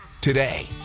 today